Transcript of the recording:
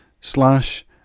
slash